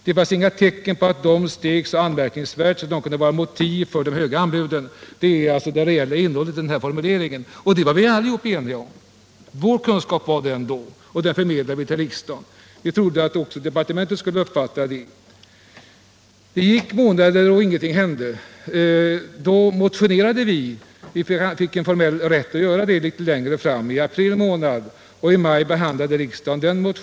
Det — Nr 43 reella innehållet i utskottets formulering var att det inte fanns några Torsdagen den tecken på att dessa priser steg så anmärkningsvärt snabbt att det kunde 8 december 1977 utgöra motiv för de höga anbuden. Detta var ett uttryck för vad vidå = visste, och den kunskapen förmedlade vi till riksdagen. Vi trodde att — Den ekonomiska också departementet skulle uppfatta det. politiken Månader gick och ingenting hände. Vi fick formell rätt att motionera i frågan i april månad, och då gjorde vi det. Motionen behandlades av riksdagen i maj.